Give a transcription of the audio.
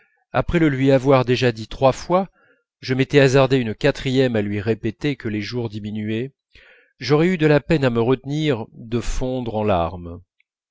après le lui avoir déjà dit trois fois je m'étais hasardé une quatrième à lui répéter que les jours diminuaient j'aurais eu de la peine à me retenir de fondre en larmes